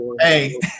hey